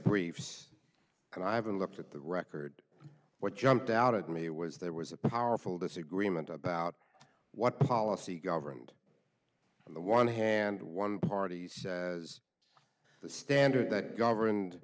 briefs and i haven't looked at the record what jumped out at me was there was a powerful disagreement about what policy governed the one hand one party was the standard that governed